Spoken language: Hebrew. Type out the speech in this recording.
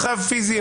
מרחב פיזי,